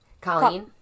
Colleen